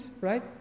right